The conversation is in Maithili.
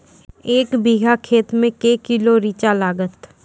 एक बीघा खेत मे के किलो रिचा लागत?